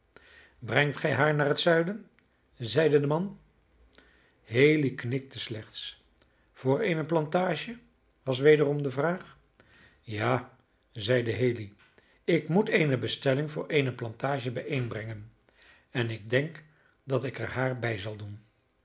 brengt gij haar naar het zuiden zeide de man haley knikte slechts voor eene plantage was wederom de vraag ja zeide haley ik moet eene bestelling voor eene plantage bijeenbrengen en ik denk dat ik er haar bij zal doen